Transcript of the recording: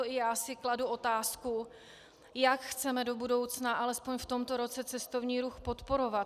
Proto i já si kladu otázku, jak chceme do budoucna alespoň v tomto roce cestovní ruch podporovat.